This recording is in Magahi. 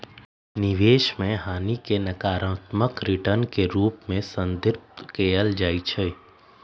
निवेश में हानि के नकारात्मक रिटर्न के रूप में संदर्भित कएल जाइ छइ